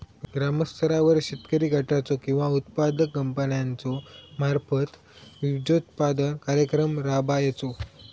ग्रामस्तरावर शेतकरी गटाचो किंवा उत्पादक कंपन्याचो मार्फत बिजोत्पादन कार्यक्रम राबायचो?